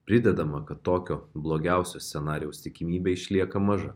pridedama kad tokio blogiausio scenarijaus tikimybė išlieka maža